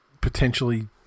potentially